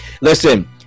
Listen